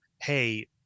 hey